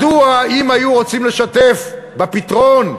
מדוע, אם היו רוצים לשתף בפתרון,